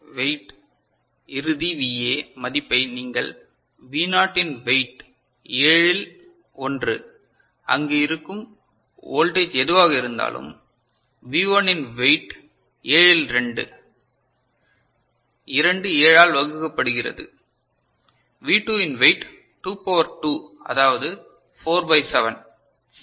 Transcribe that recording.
எனவே வெயிட் இறுதி VA மதிப்பை நீங்கள் V0 இன் வெயிட் 7 இல் 1 அங்கு இருக்குக் வோல்டேஜ் எதுவாக இருந்தாலும் V1 இன் வெயிட் 7 இல் 2 2 7 ஆல் வகுக்கப்படுகிறது V2 இன் வெயிட் 2 பவர் 2 அதாவது 4 பை 7 சரி